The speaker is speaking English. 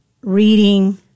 reading